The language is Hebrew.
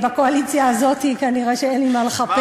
בקואליציה הזאת כנראה אין לי מה לחפש,